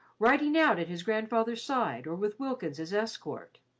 riding out at his grandfather's side, or with wilkins as escort.